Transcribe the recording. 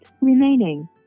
remaining